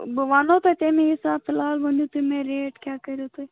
بہٕ وَنو تۄہہِ تَمی حِساب فلحال ؤنِو تُہۍ مےٚ ریٹ کیٛاہ کٔرِو تُہۍ